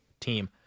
team